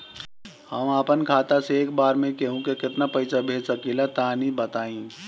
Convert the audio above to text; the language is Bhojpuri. हम आपन खाता से एक बेर मे केंहू के केतना पईसा भेज सकिला तनि बताईं?